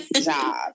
job